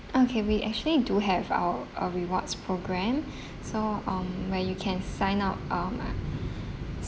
okay we actually do have our a rewards program so um where you can sign up um